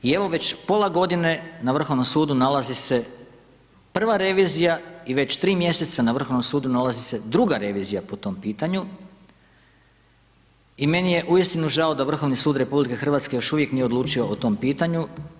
I evo već pola godine na Vrhovnom sudu nalazi se prva revizija i već 3 mjeseca na Vrhovnom sudu nalazi se druga revizija po tom pitanju i meni je uistinu žao da Vrhovni sud RH još uvijek nije odlučio o tom pitanju.